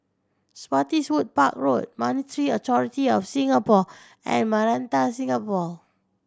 Spottiswoode Park Road Monetary Authority Of Singapore and Maranta Avenue